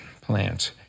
plants